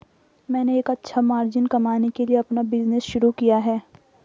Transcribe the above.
मैंने एक अच्छा मार्जिन कमाने के लिए अपना बिज़नेस शुरू किया है